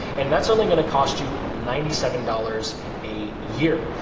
and that's only going to cost you ninety seven dollars a year.